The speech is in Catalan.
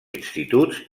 instituts